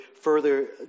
further